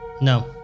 no